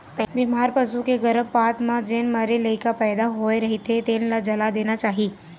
बेमार पसू के गरभपात म जेन मरे लइका पइदा होए रहिथे तेन ल जला देना चाही